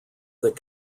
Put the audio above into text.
that